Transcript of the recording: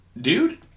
Dude